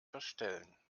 verstellen